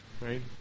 right